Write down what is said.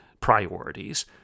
priorities